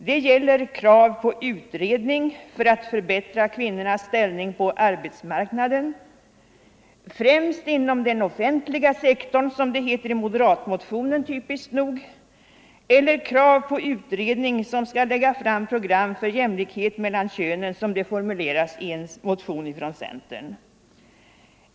Det är krav på utredning för att förbättra kvinnornas ställning på arbetsmarknaden, främst inom den offentliga sektorn, som det typiskt nog heter i moderatmotionen, eller krav på utredning som skall lägga fram program för jämlikhet mellan könen, som det formuleras i en motion från centern.